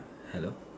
hello